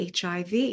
HIV